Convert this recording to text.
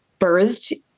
birthed